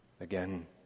again